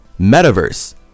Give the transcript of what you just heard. Metaverse